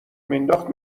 مینداخت